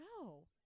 No